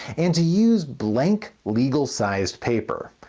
and to use blank legal sized paper.